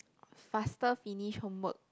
faster finish homework